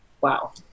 wow